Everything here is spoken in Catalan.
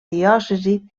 diòcesi